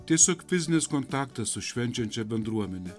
tiesiog fizinis kontaktas su švenčiančia bendruomene